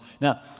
Now